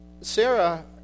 Sarah